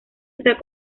está